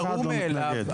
אף אחד לא מתנגד.